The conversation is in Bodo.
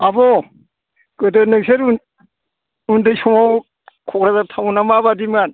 आब' गोदो नोंसोर उन्दै समाव क'क्राझार टाउनआ मा बादिमोन